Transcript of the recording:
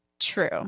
True